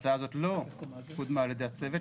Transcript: ההצעה הזאת לא קודמה על ידי הצוות,